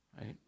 Right